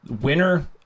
Winner